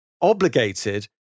obligated